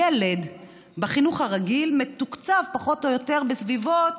ילד בחינוך הרגיל מתוקצב פחות או יותר בסביבות,